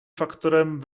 faktorem